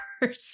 person